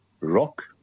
rock